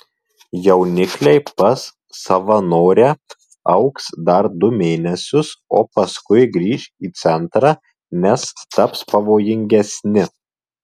jaunikliai pas savanorę augs dar du mėnesius o paskui grįš į centrą nes taps pavojingesni